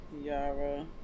Yara